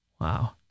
Wow